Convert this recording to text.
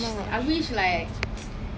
I honestly like